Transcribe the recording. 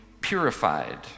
purified